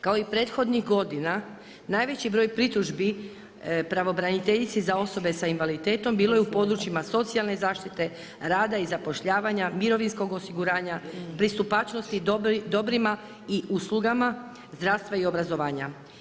Kao i prethodnih godina najveći broj pritužbi pravobraniteljici za osobe sa invaliditetom bilo je u područjima socijalne zaštite, rad i zapošljavanja, mirovinskog osiguranja, pristupačnosti dobrima i uslugama zdravstva i obrazovanja.